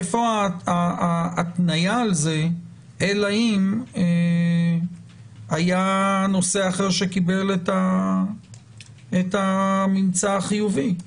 איפה ההתניה על כך האומרת אלא אם היה נוסע אחר שקיבל את הממצא החיובי?